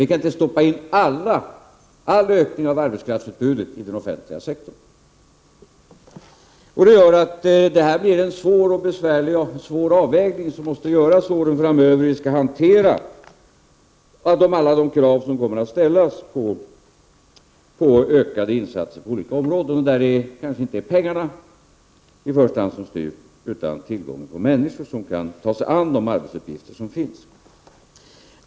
Vi kan inte stoppa in all ökning av arbetskraftsutbudet i den offentliga sektorn. Det blir svåra avvägningar som måste göras åren framöver beträffande hur vi skall hantera alla de krav som kommer att ställas på ökade insatser på olika områden, där det kanske inte i första hand är pengarna som styr utan tillgången på människor som kan ta sig an de arbetsuppgifter som finns.